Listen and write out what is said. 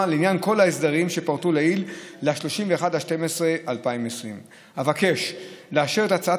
לעניין כל ההסדרים שפורטו לעיל ל-31 בדצמבר 2020. אבקש לאשר את הצעת